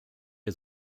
der